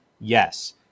yes